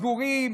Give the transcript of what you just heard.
סגורים,